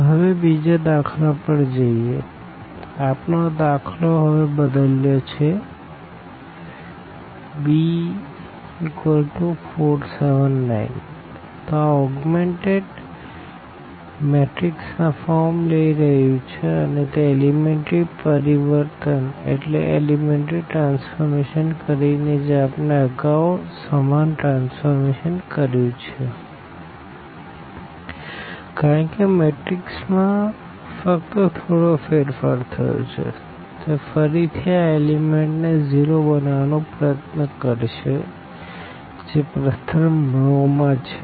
તો હવે બીજા દાખલા પર જઈએ આપણે દાખલો હવે બદલ્યો છે b4 7 9 તો આઓગ્મેનટેડ મેટ્રીક્સ આ ફોર્મ લઈ રહ્યું છે અને તે એલિમેનટરી પરિવર્તન કરીને જે આપણે અગાઉ સમાન ટ્રાન્સફોર્મેશન કર્યું છે કારણ કે મેટ્રિક્સમાં ફક્ત થોડો ફેરફાર થયો છે તે ફરીથી આ એલિમેન્ટ ને 0 બનાવવાનો પ્રયત્ન કરશે જે પ્રથમ રો માં છે